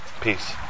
Peace